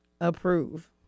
Approve